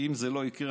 "אם זה לא יקרה,